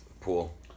Pool